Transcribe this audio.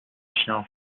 chien